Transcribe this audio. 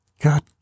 God